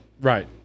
right